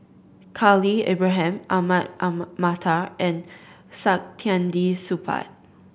Khalil Ibrahim Ahmad Mattar and Saktiandi Supaat